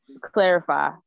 clarify